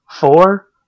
Four